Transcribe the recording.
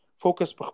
focus